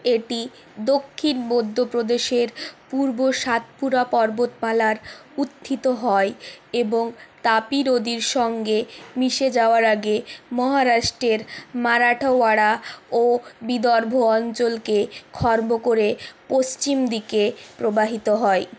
এটি দক্ষিণ মধ্যপ্রদেশের পূর্ব সাতপুরা পর্বতমালায় উত্থিত হয় এবং তাপি নদীর সঙ্গে মিশে যাওয়ার আগে মহারাষ্ট্রের মারাঠাওয়াড়া ও বিদর্ভ অঞ্চলকে খর্ব করে পশ্চিম দিকে প্রবাহিত হয়